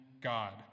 God